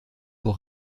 pour